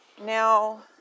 now